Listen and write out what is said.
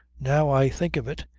now i think of it,